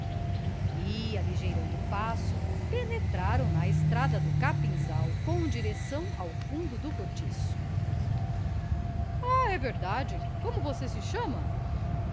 mostrar lho e aligeirando o passo penetraram na estrada do capinzal com direção ao fundo do cortiço ah é verdade como você se chama